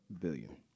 Billion